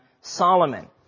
Solomon